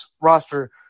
roster